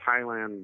Thailand